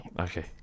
Okay